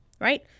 right